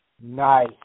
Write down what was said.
Nice